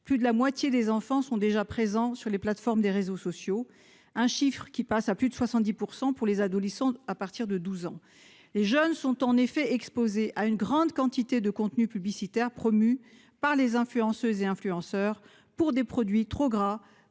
plus de la moitié des enfants sont déjà présents sur les plateformes des réseaux sociaux ; ce taux passe à plus de 70 % pour les adolescents à partir de 12 ans. Les jeunes sont exposés à une grande quantité de contenus publicitaires promus par les influenceurs pour des produits trop gras,